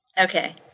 Okay